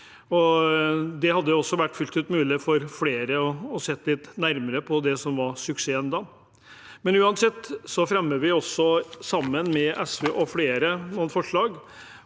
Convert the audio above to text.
det hadde vært fullt mulig for flere å se litt nærmere på det som var suksessen da. Uansett: Vi fremmer – sammen med SV og flere – noen forslag.